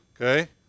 okay